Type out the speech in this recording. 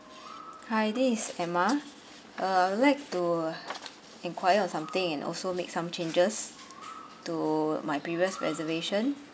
hi this is emma uh I'd like to enquire on something and also make some changes to my previous reservation